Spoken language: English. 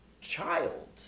child